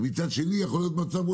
ומצד שני יכול להיות מצב,